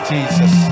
Jesus